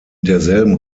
derselben